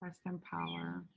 rest in power.